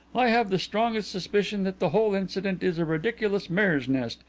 i have the strongest suspicion that the whole incident is a ridiculous mare's nest,